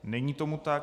Není tomu tak.